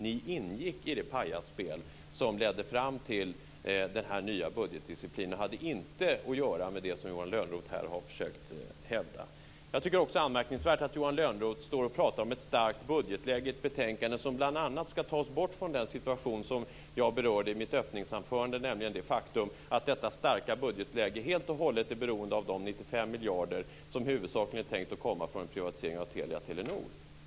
Ni ingick i det pajasspel som ledde fram till den nya budgetdisciplinen. Det hade inte att göra med det som Johan Lönnroth här har försökt hävda. Det är också anmärkningsvärt att Johan Lönnroth står och pratar om ett starkt budgetläge. Detta är ett betänkande som bl.a. ska ta oss bort från den situation som jag berörde i mitt öppningsanförande. Faktum är att detta starka budgetläge helt och hållet är beroende av de 95 miljarder som huvudsakligen är tänkta att komma från en privatisering av Telia och Telenor.